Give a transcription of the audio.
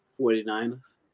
49ers